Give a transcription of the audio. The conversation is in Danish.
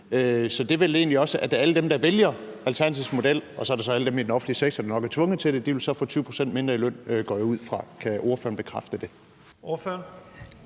Så det er vel egentlig også sådan, at alle dem, der vælger Alternativets model – og så er der alle dem i den offentlige sektor, der nok er tvunget til det – vil få 20 pct. mindre i løn, går jeg ud fra. Kan ordføreren bekræfte det? Kl.